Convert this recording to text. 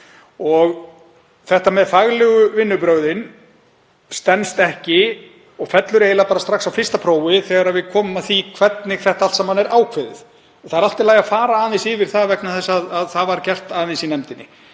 en þetta með faglegu vinnubrögðin stenst ekki og fellur eiginlega strax á fyrsta prófi þegar við komum að því hvernig þetta allt saman er ákveðið. Það er allt í lagi að fara aðeins yfir það vegna þess að það var gert í nefndinni.